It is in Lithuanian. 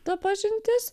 ta pažintis